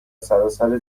سراسر